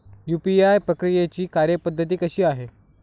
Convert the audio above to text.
UPI प्रक्रियेची कार्यपद्धती कशी आहे?